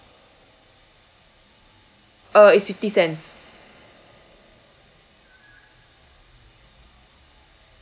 uh is sixty cents